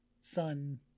sun